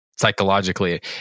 psychologically